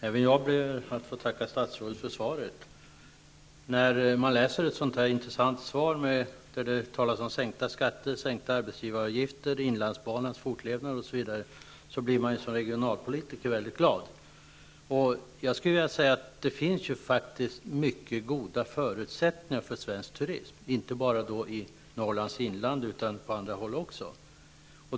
Fru talman! Även jag vill tacka statsrådet för svaret. När man läser ett så intressant svar, där det bl.a. talas om en sänkning av skatterna och arbetsgivaravgifterna och om inlandsbanans fortlevnad, blir man som regionalpolitiker mycket glad. Det finns faktiskt mycket goda förutsättningar för svensk turism, inte bara i Norrlands inland utan också på andra håll.